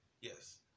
yes